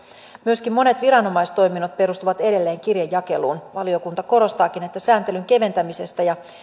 myöskin monet viranomaistoiminnot perustuvat edelleen kirjejakeluun valiokunta korostaakin että sääntelyn keventämisestä ja